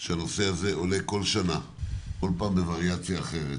שהנושא הזה עולה כל שנה, כל פעם בווריאציה אחרת.